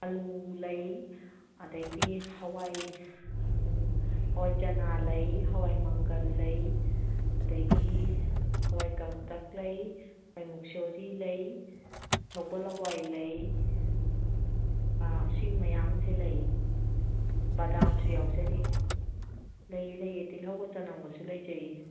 ꯑꯂꯨ ꯂꯩ ꯑꯗꯩꯗꯤ ꯍꯋꯥꯏ ꯍꯋꯥꯏ ꯆꯅꯥ ꯂꯩ ꯍꯋꯥꯏ ꯃꯪꯒꯜ ꯂꯩ ꯑꯗꯒꯤ ꯍꯋꯥꯏ ꯀꯪꯇꯛ ꯂꯩ ꯍꯋꯥꯏ ꯃꯨꯛꯁꯣꯔꯤ ꯂꯩ ꯁꯒꯣꯜ ꯍꯋꯥꯏ ꯂꯩ ꯁꯤ ꯃꯌꯥꯝꯁꯦ ꯂꯩ ꯕꯗꯥꯝꯁꯨ ꯌꯥꯎꯖꯔꯤ ꯂꯩꯌꯦ ꯂꯩꯌꯦ ꯇꯤꯜꯍꯧꯒ ꯆꯅꯝꯒꯁꯨ ꯂꯩꯖꯩꯌꯦ